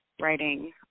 writing